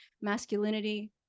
masculinity